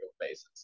basis